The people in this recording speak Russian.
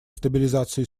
стабилизации